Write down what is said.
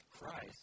Christ